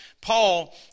Paul